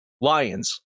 Lions